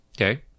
Okay